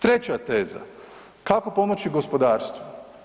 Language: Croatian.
Treća teza, kako pomoći gospodarstvu.